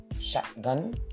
shotgun